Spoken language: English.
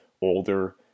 older